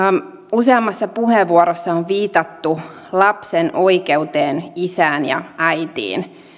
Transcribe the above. useammassa puheenvuorossa on viitattu lapsen oikeuteen isään ja äitiin